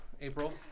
April